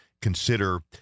consider